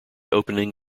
opening